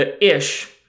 ish